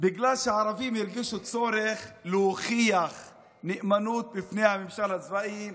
בגלל שערבים הרגישו צורך להוכיח נאמנות בפני הממשל הצבאי,